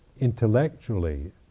intellectually